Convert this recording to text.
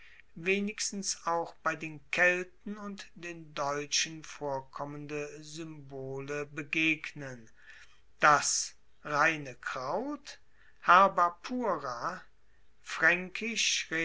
wenigstens auch bei den kelten und den deutschen vorkommende symbole begegnen das reine kraut